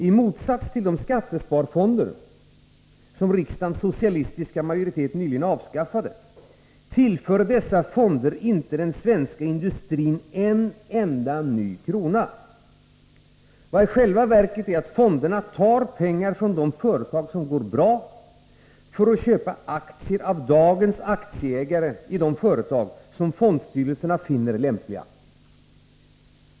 I motsats till de skattesparfonder som riksdagens socialistiska majoritet nyligen avskaffade, tillför dessa fonder inte den svenska industrin en enda ny krona. Fonderna tar i själva verket pengar från de företag som går bra, för att köpa aktier av dagens aktieägare i de företag som fondstyrelserna finner lämpliga.